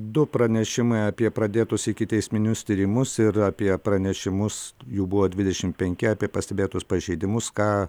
du pranešimai apie pradėtus ikiteisminius tyrimus ir apie pranešimus jų buvo dvidešim penki apie pastebėtus pažeidimus ką